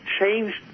changed